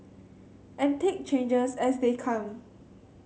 and take changes as they come